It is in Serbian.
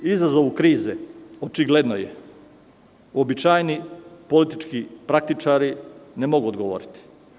Izazovu krize, očigledno je, uobičajeni politički praktičari ne mogu odgovoriti.